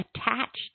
attached